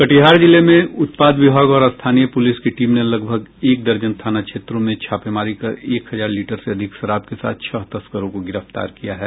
कटिहार जिले में उत्पाद विभाग और स्थानीय पूलिस की टीम ने लगभग एक दर्जन थाना क्षेत्रों में छापेमारी कर एक हजार लीटर से अधिक शराब के साथ छह तस्करों को गिरफ्तार किया है